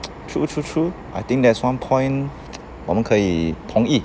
true true true I think that's one point 我们可以同意